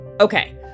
Okay